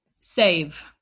Save